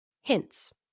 Hints